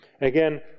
Again